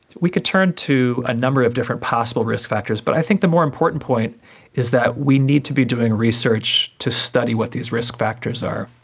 we could turn to a number of different possible risk factors, but i think the more important point is that we need to be doing research to study what these risk factors are.